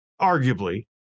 arguably